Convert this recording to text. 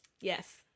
Yes